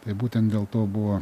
tai būtent dėl to buvo